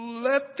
Let